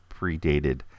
predated